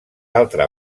altra